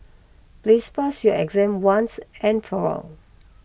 please pass your exam once and for all